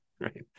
right